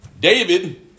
David